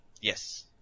Yes